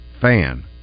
fan